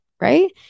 right